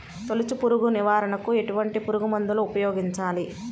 తొలుచు పురుగు నివారణకు ఎటువంటి పురుగుమందులు ఉపయోగించాలి?